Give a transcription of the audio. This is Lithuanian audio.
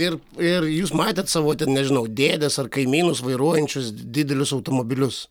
ir ir jūs matėt savo ten nežinau dėdes ar kaimynus vairuojančius didelius automobilius